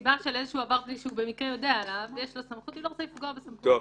בעניין, והיא לא רוצה לפגוע בסמכות הזאת.